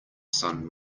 sun